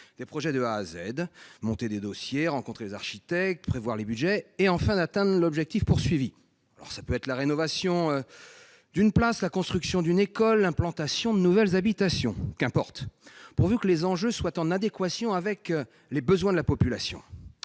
des projets de A à Z, en montant les dossiers, en rencontrant les architectes, en prévoyant les budgets et, enfin, en atteignant l'objectif visé. Cela peut être la rénovation d'une place, la construction d'une école ou l'implantation de nouvelles habitations. Qu'importe, pourvu que les enjeux soient en adéquation avec les besoins de la population.